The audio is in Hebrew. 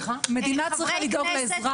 מדינה צריכה לדאוג לאזרח.